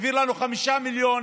העבירו לנו 5 מיליון